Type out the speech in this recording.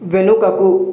వెనుకకు